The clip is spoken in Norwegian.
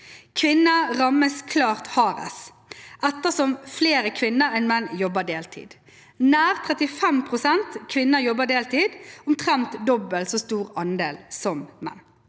Kvinner rammes klart hardest ettersom flere kvinner enn menn jobber deltid. Nær 35 pst. kvinner jobber deltid, omtrent dobbelt så stor andel som menn.